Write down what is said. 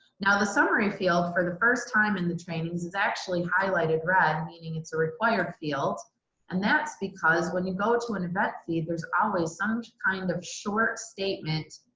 now the summary field for the first time in the trainings is actually highlighted red meaning it's a required field and that's because when you go to an event feed there's always some kind of short statement.